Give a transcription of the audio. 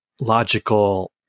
logical